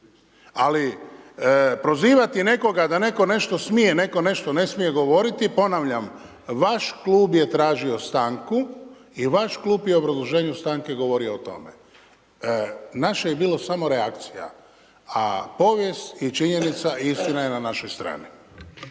Ali prozivati nekoga da netko nešto smije, netko nešto ne smije govoriti, ponavljam vaš klub je tražio stanku i vaš klub je u obrazloženju stanke govorio o tome. Naše je bilo samo reakcija, a povijest i činjenica i istina je na našoj strani.